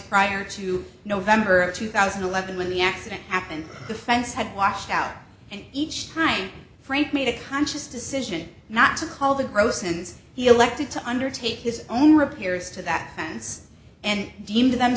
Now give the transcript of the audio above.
prior to november of two thousand and eleven when the accident happened the fence had washed out and each time frank made a conscious decision not to call the gross and he elected to undertake his own repairs to that fence and deemed t